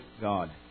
God